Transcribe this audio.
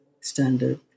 standard